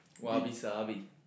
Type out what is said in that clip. Wabi-sabi